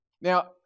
Now